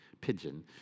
pigeon